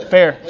Fair